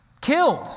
killed